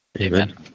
Amen